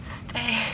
stay